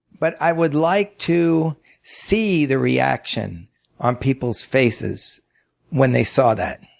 but i would like to see the reaction on people's faces when they saw that.